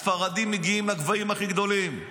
הספרדים מגיעים לגבהים הכי גדולים,